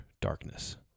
darkness